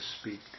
speak